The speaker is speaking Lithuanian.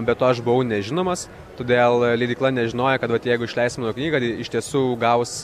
be to aš buvau nežinomas todėl leidykla nežinojo kad vat jeigu išleis mano knygą tai iš tiesų gaus